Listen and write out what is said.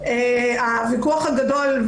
הוויכוח הוא גדול,